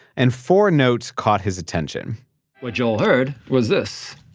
and four notes caught his attention what joel heard, was this.